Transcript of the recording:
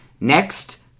Next